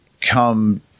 come